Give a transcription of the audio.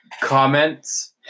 comments